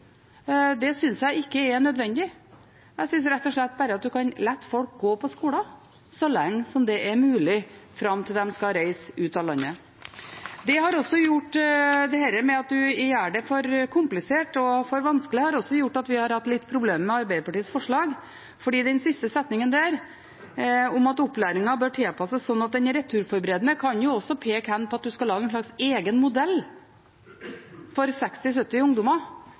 Det er helt unødvendig og byråkratisk å lage egne modeller for det. Det synes jeg ikke er nødvendig. Jeg synes rett og slett man bare kan la folk gå på skolen så lenge som mulig fram til de skal reise ut landet. At man gjør det for komplisert og for vanskelig, har også gjort at vi har litt problemer med Arbeiderpartiets forslag, fordi den siste setningen, om at opplæringen bør tilpasses «slik at den er returforberedende», også kan peke hen på at man skal lage en slags egen modell for 60–70 ungdommer,